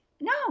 no